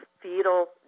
fetal